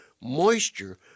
moisture